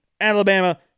Alabama